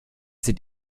sieht